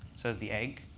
says the egg.